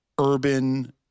Urban